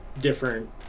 Different